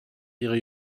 ihre